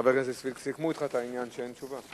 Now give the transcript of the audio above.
חבר הכנסת סוייד, סיכמו אתך את העניין שאין תשובה?